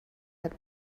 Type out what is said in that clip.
had